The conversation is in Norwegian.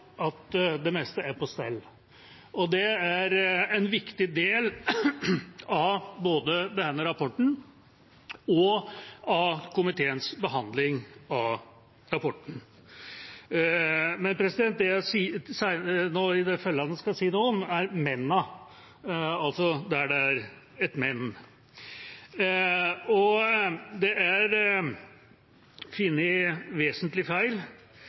at det meste er på stell. Det er en viktig del av både denne rapporten og komiteens behandling av den. Det jeg skal si noe om i det følgende, er men-ene, altså der det er et men. Det er funnet vesentlige feil